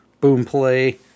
Boomplay